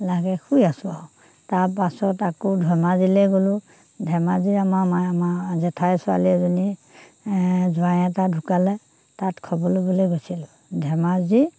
লাগে শুই আছোঁ আও তাৰপাছত আকৌ ধেমাজিলে গ'লোঁ ধেমাজিত আমাৰ মায়ে আমাৰ জেঠাই ছোৱালী এজনীৰ জোঁৱাই এটা ঢুকালে তাত খবৰ ল'বলৈ বুলি গৈছিলোঁ ধেমাজি